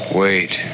wait